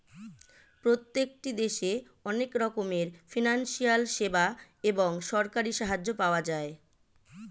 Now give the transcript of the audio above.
প্রত্যেকটি দেশে অনেক রকমের ফিনান্সিয়াল সেবা এবং সরকারি সাহায্য পাওয়া যায়